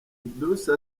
edouce